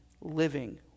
living